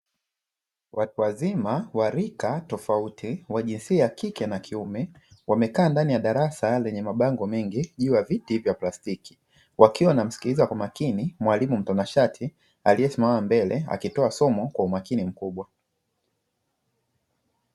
Watu wazima wa rika tofauti wa jinsia ya kike na kiume wamekaa ndani ya darasa lenye mabango mengi jua viti vya plastiki wakiwa wanamsikiliza kwa makini mwalimu mtanashati aliyesimama mbele akitoa somo kwa umakini mkubwa.